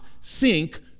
sink